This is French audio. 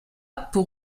pour